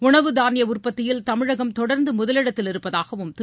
உணவு தாளிய உற்பத்தியில் தமிழகம் தொடர்ந்து முதலிடத்தில் இருப்பதாகவும் திரு